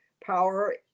power